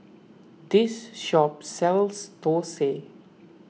this shop sells Thosai